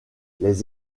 les